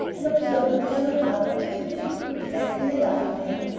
an observant younger brother is a difficult factor in a love affair.